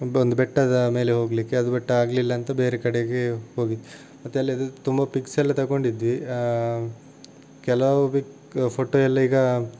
ಒಂದು ಬೆಟ್ಟದ ಮೇಲೆ ಹೋಗಲಿಕ್ಕೆ ಅದು ಬೆಟ್ಟ ಆಗಲಿಲ್ಲ ಅಂತ ಬೇರೆ ಕಡೆಗೆ ಹೋಗಿ ಮತ್ತೆ ಅಲ್ಲದು ತುಂಬ ಪಿಕ್ಸ್ ಎಲ್ಲ ತಕೊಂಡಿದ್ವಿ ಕೆಲವು ಪಿಕ್ ಫೋಟೋ ಎಲ್ಲ ಈಗ